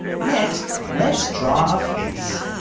next, let's draw a face.